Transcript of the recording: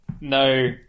No